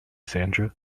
sandra